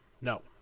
No